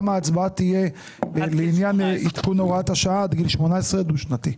גם ההצבעה תהיה לעניין עדכון הוראת השעה עד גיל 18 דו-שנתי.